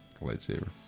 lightsaber